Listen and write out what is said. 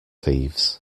thieves